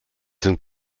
sind